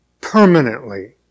permanently